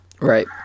Right